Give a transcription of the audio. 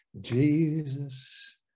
Jesus